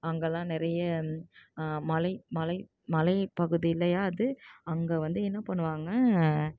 அங்கெல்லாம் நிறைய மலை மலை மலைப்பகுதி இல்லையா அது அங்கே வந்து என்ன பண்ணுவாங்க